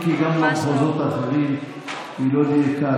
אם כי גם במחוזות האחרים היא לא דייקה,